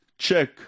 Check